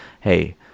hey